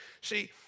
See